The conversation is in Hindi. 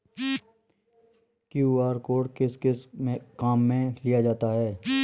क्यू.आर कोड किस किस काम में लिया जाता है?